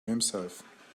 himself